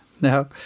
now